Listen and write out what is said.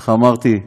איך אמרתי?